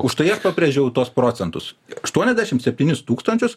už tai aš pabrėžiau tuos procentus aštuoniasdešim septynis tūkstančius